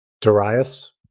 Darius